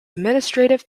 administrative